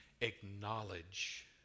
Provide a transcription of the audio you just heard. acknowledge